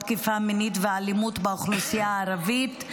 תקיפה מינית ואלימות באוכלוסייה הערבית,